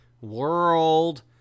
world